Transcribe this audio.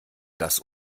das